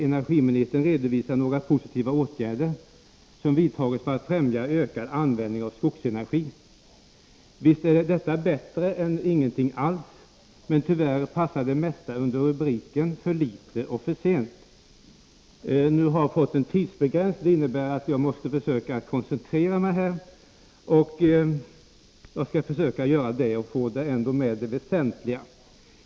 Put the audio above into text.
Energiministern redovisar några positiva åtgärder som vidtagits för att främja ökad användning av skogsenergi. Visst är detta bättre än ingenting alls, men tyvärr passar det mesta under rubriken ”För litet och för sent”.